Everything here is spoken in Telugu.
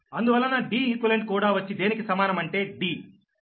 అందువలన Deq కూడా వచ్చి దేనికి సమానం అంటే D